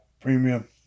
Premium